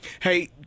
Hey